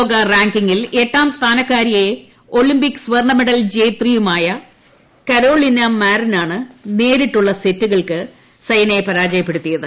ലോക റാങ്കിംഗിൽ എട്ടാം സ്ഥാനക്കാരിയെ ഒളമ്പിക് സ്വർണമെഡൽ ജേത്രിയുമായ കരോളിന മാരിനാണ് സൈനയെ നേരിട്ടുള്ള സെറ്റുകൾക്ക് പരാജയപ്പെടുത്തിയത്